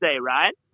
right